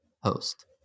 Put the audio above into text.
host